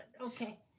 Okay